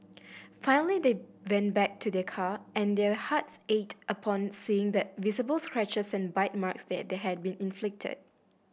finally they went back to their car and their hearts ached upon seeing the visible scratches and bite marks that they had been inflicted